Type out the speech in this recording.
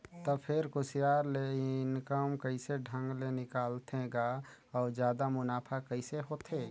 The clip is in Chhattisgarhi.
त फेर कुसियार ले इनकम कइसे ढंग ले निकालथे गा अउ जादा मुनाफा कइसे होथे